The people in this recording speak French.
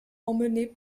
emmenée